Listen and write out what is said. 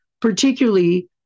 particularly